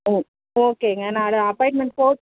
ஆ ஓகேங்க நான் அது அப்பாய்ன்மெண்ட் போட்டு